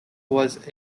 was